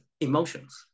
emotions